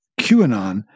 QAnon